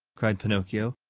cried pinocchio.